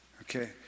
Okay